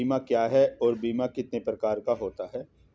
बीमा क्या है और बीमा कितने प्रकार का होता है?